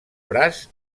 braç